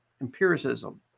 empiricism